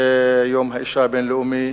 יום האשה הבין-לאומי,